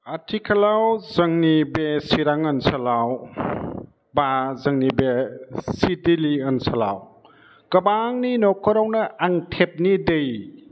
आथिखालाव जोंनि बे चिरां ओनसोलाव बा जोंनि बे सिडिलि ओनसोलाव गोबांनि नखरावनो आं टेप नि दै